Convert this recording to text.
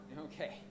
okay